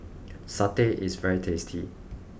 Satay is very tasty